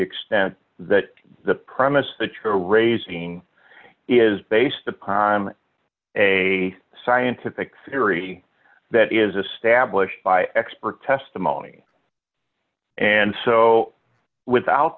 extent that the premise that you're raising is based upon a scientific theory that is established by expert testimony and so without